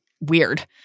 weird